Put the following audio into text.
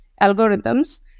algorithms